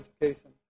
education